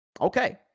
Okay